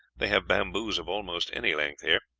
they have bamboos of almost any length here,